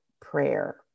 prayer